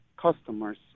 customers